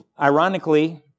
Ironically